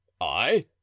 I